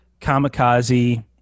kamikaze